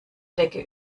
decke